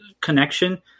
connection